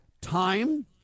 Time